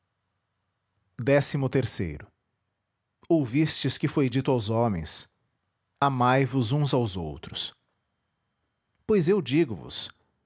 veio ouvistes que foi dito aos homens amai vos uns aos outros pois eu digo vos